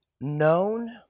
known